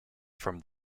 from